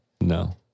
No